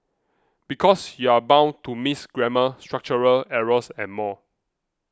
because you're bound to miss grammar structural errors and more